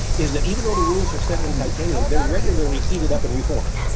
is that even though the rules are set in titanium, they're regularly heated up and reformed